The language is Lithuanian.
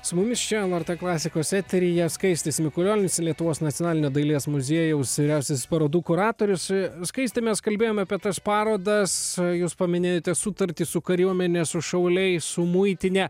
su mumis čia lrt klasikos eteryje skaistis mikulionis lietuvos nacionalinio dailės muziejaus vyriausiasis parodų kuratorius skaisti mes kalbėjome apie tas parodas jūs paminėjote sutartį su kariuomene su šauliais su muitine